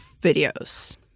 videos